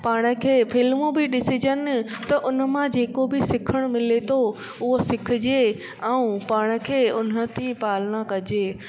पाण खे फ्लिमूं बि ॾिसिजनि त हुन मां जेको बि सिखणु मिले थो उहो सिखिजे ऐं पाण खे हुनजी पालना कजे